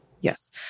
yes